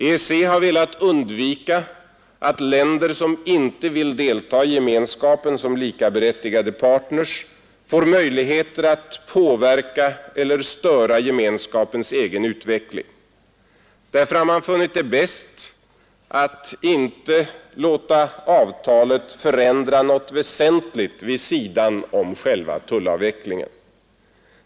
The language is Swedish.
EEC har velat undvika att länder, som inte vill delta i gemenskapen som likaberättigade partners, får möjligheter att påverka eller störa gemenskapens egen utveckling. Därför har man funnit det bäst att inte låta avtalet förändra något väsentligt vid sidan om själva tullavvecklingen.